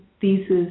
thesis